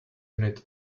unit